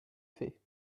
fait